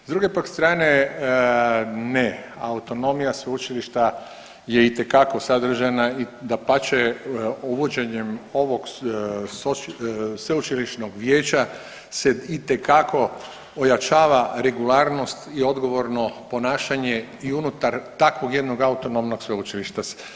S druge pak strane, ne, autonomija sveučilišta je itekako sadržajna i dapače, uvođenjem ovog sveučilišnog vijeća se itekako ojačava regularnost i odgovorno ponašanje i unutar takvog jednog autonomnog sveučilišta.